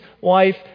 wife